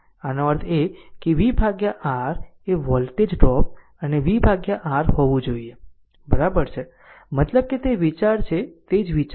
આનો અર્થ એ છે કે v R એ વોલ્ટેજ ડ્રોપ અને v R હોવું જોઈએ બરાબર છે મતલબ કે તે વિચાર છે તે જ વિચાર છે